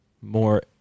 more